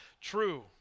true